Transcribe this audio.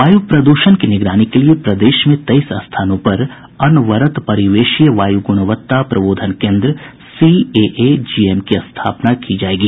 वायू प्रद्षण की निगरानी के लिए प्रदेश में तेईस स्थानों पर अनवरत परिवेशीय वायु गुणवत्ता प्रबोधन केन्द्र सीएएजीएम की स्थापना की जायेगी